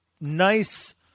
nice